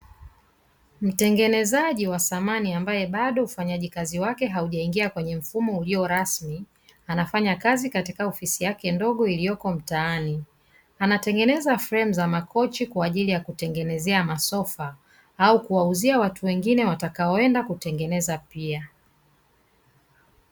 Mtengenezaji wa samani ambaye bado ufanyaji kazi wake haujaingia kwenye mfumo ulio rasmi, anafanya kazi katika ofisi yake ndogo iliyoko mtaani. Anatengeneza fremu za makochi kwa ajili ya kutengeneza masofa au kuwauzia watu wengine watakaoenda kutengeneza pia.